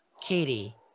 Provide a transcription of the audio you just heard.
Katie